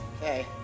Okay